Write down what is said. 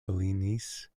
balinese